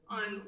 on